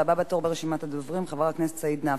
הבא בתור ברשימת הדוברים, חבר הכנסת סעיד נפאע.